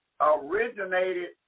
originated